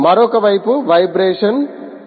మరొక వైపు వైబ్రేషన్ ఉన్నాయి